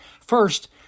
First